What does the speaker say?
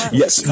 yes